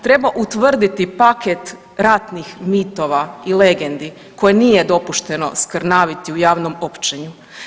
Treba utvrditi paket ratnih mitova i legendi koje nije dopušteno skrnaviti u javnom općenju.